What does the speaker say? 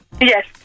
Yes